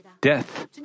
death